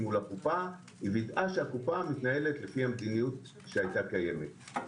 מול הקופה שהקופה מתנהלת לפי המדיניות שהיתה קיימת.